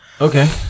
Okay